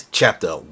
chapter